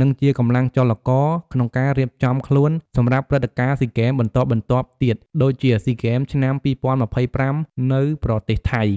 និងជាកម្លាំងចលករក្នុងការរៀបចំខ្លួនសម្រាប់ព្រឹត្តិការណ៍ស៊ីហ្គេមបន្ទាប់ៗទៀត ដូចជា ស៊ីហ្គេមឆ្នាំ ២០២៥ នៅប្រទេសថៃ។